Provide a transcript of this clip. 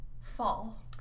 Fall